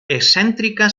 excèntrica